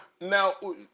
now